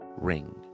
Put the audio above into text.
ring